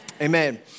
amen